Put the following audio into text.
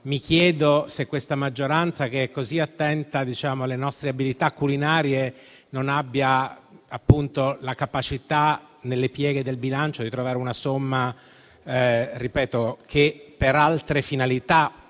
mi chiedo se questa maggioranza, che è così attenta alle nostre abilità culinarie, non abbia la capacità, nelle pieghe del bilancio, di reperire fondi che per altre finalità,